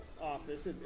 office